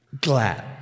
glad